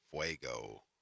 Fuego